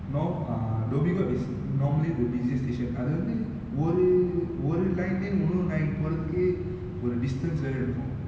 north uh dhoby ghaut is normally the busiest station அதுவந்து ஒரு ஒரு:athuvanthu oru oru line lah இருந்து இன்னொரு:irunthu innoru line போரதுக்கு ஒரு:porathuku oru distance வேர எடுக்கும்:vera edukum